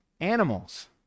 animals